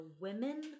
women